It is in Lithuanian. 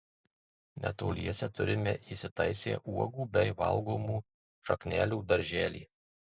netoliese turime įsitaisę uogų bei valgomų šaknelių darželį